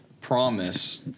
promise